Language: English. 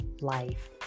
life